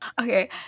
Okay